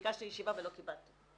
ביקשתי ישיבה ולא קיבלתי,